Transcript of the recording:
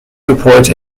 report